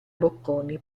bocconi